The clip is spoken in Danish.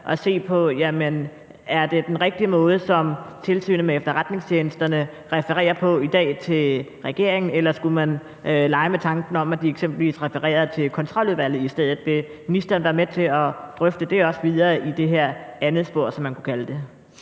at se på, om det er den rigtige måde, som Tilsynet med Efterretningstjenesterne refererer på i dag til regeringen, eller skulle man lege med tanken om, at de eksempelvis refererede til Kontroludvalget i stedet? Vil ministeren være med til at drøfte det videre i det her andet spor, som man kunne kalde det?